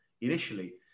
Initially